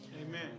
Amen